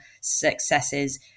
successes